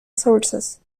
sources